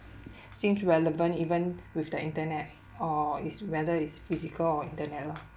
seems relevant even with the internet or is whether it's physical or internet lah